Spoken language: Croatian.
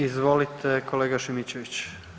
Izvolite kolega Šimičević.